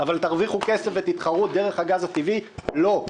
אבל תרוויחו כסף ותתחרו דרך הגז הטבעי לא.